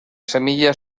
semilla